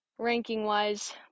ranking-wise